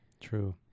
True